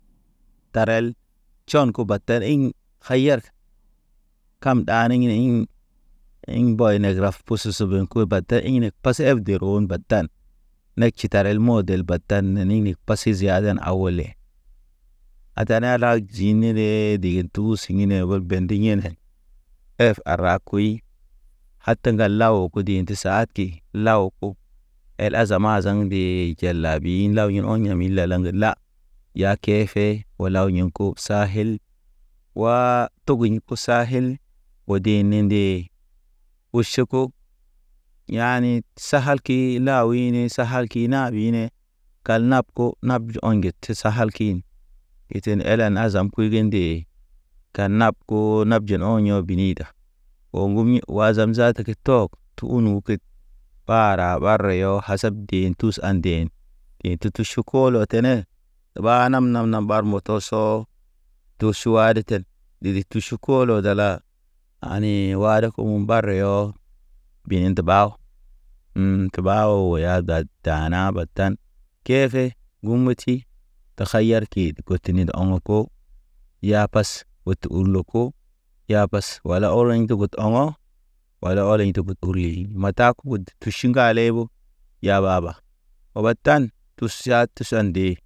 Tarel ha tʃɔn ke batan ḛŋ hayark kam ɗa neg ini ḭ, iŋ mbɔy ne graf pe sese koye batan ine pase ef ron mbatan nekib. Kitarel model batan na ninig pad pasi ziadana. A wole a tana laji nede digi tu si. Ingi ne o bel de yenen ef a ra kuy. A te law o ku di endi saati law ko el azama a zaŋ de jalaɓi lawyɔn mile la lange la. Ya kefe o law yeŋ ko o sahel wa togoɲ fusahel odi nedee. Uʃeko yani sahalki ki law ine sa sakahi na bine. Kal nap ko, nap jo o̰ŋge te sahalkin etin elen azam kuy ge nde, kanap ko ko nap ji no bini bini da o ŋgomi uwa wazam zaata ke teke tɔg tu nuket paara ɓar reyɔ hasab di dee tus ha ɗen. Ne tutu ʃikolo tene. Tene, eba nam nam nam bar moto tɔsɔ duʃou war ten ɗiɗi tuʃu ku. Kolo dala ani warko u u barə yɔ bini te. Baw. te ɓaw ya dadee. Dana batane, kefe ŋgub ŋgume ti Te koteni oŋgɔ kar ko yapas wet urlo ko yabas bas wal ya bas wall. Wala ɔrḛŋ ndu got yan Wala ɔrḛ te te gud urli mataku wud tusika ley bo yababa watan tus ya tus tusan nde.